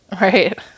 Right